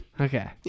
Okay